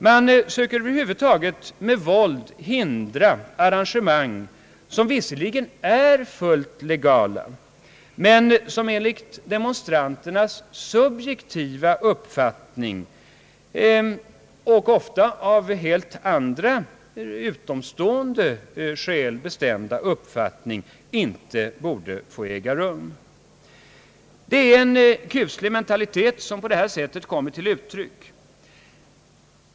Man söker över huvud taget med våld hindra arrangemang som visserligen är fullt legala men som enligt demonstranternas subjektiva uppfattning — och ofta av helt andra, utomstående skäl bestämda uppfatining — inte borde få äga rum. Det är en kuslig mentalitet som på det här sättet kommer till uttryck.